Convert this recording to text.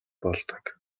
болдог